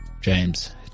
James